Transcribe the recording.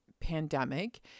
pandemic